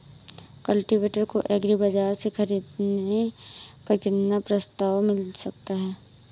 Cultivator को agri बाजार से ख़रीदने पर कितना प्रस्ताव मिल सकता है?